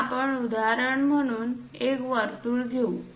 चला आपण उदाहरण म्हणून एक वर्तुळ घेऊ